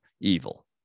evil